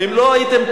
אם לא הייתם?